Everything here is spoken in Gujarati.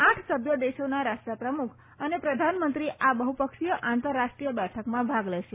આઠ સભ્ય દેશોના રાષ્ટ્રપ્રમુખ અને પ્રધાનમંત્રી આ બહુપક્ષીય આંતરરાષ્ટ્રીય બેઠકમાં ભાગ લેશે